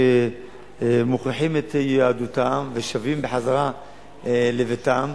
שמוכיחים את יהדותם ושבים בחזרה לביתם,